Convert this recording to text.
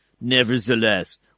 Nevertheless